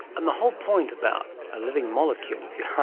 and the whole point about a living molecule, if you ah